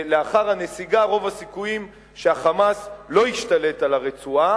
שלאחר הנסיגה רוב הסיכויים שה"חמאס" לא ישתלט על הרצועה.